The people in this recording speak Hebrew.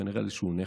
כנראה על איזשהו נכס,